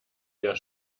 wir